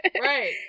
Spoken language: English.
Right